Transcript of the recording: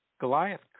Goliath